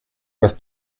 with